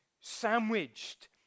sandwiched